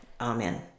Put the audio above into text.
amen